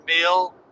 meal